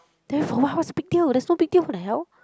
then for what what's the big deal there's no big deal what the hell